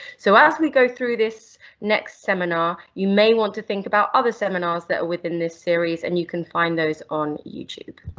so as we go through this next seminar you may want to think about other seminars that are within this series and you can find those on youtube.